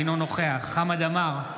אינו נוכח חמד עמאר,